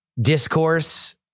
Discourse